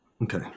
Okay